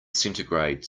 centigrade